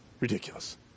ridiculous